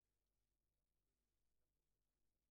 אני מדלג.